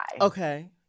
Okay